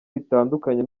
bitandukanye